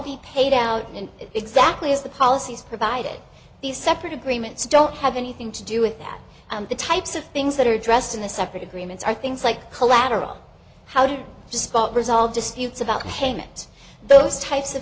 be paid out in exactly as the policies provided these separate agreements don't have anything to do with that the types of things that are addressed in the separate agreements are things like collateral how to spot result disputes about payment those types of